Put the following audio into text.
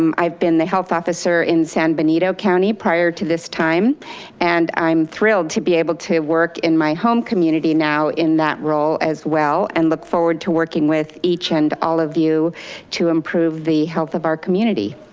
um i've been the health officer in san benito county prior to this time and i'm thrilled to be able to work in my home community now in that role as well and look forward to working with each and all of you to improve the health of our community.